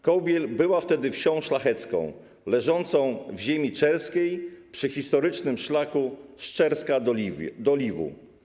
Kołbiel była wtedy wsią szlachecką leżącą w ziemi czerskiej przy historycznym szlaku z Czerska do Liwu.